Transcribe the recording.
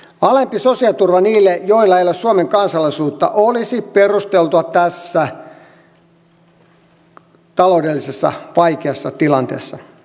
alempi sosiaaliturva niille joilla ei ole suomen kansalaisuutta olisi perusteltu tässä taloudellisessa vaikeassa tilanteessa